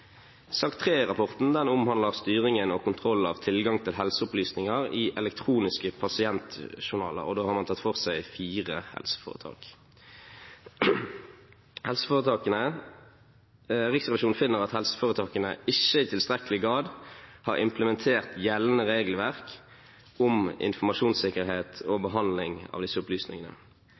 Sak 3 i rapporten omhandler styringen av og kontrollen med tilgangen til helseopplysninger i elektroniske pasientjournaler, og man har tatt for seg fire helseforetak. Riksrevisjonen finner at helseforetakene ikke i tilstrekkelig grad har implementert gjeldende regelverk om informasjonssikkerhet og